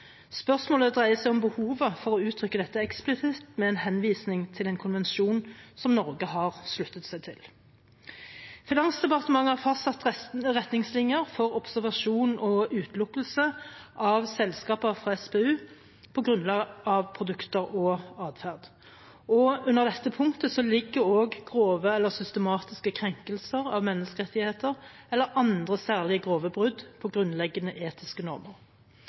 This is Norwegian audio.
Spørsmålet dreier seg om behovet for å uttrykke dette eksplisitt med en henvisning til en konvensjon som Norge har sluttet seg til. Finansdepartementet har fastsatt retningslinjer for observasjon og utelukkelse av selskaper fra SPU på grunnlag av produkter og atferd, og under dette punktet ligger også grove eller systematiske krenkelser av menneskerettigheter eller andre særlig grove brudd på grunnleggende etiske normer.